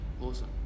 awesome